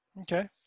Okay